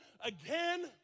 again